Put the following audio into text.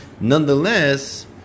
nonetheless